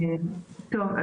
טוב,